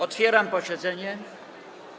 Otwieram posiedzenie.